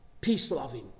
peace-loving